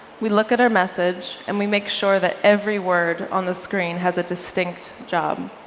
we look at our message, and we make sure that every word on the screen has a distinct job.